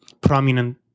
prominent